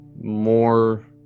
more